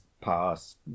past